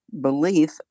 belief